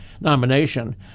nomination